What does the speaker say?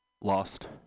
lost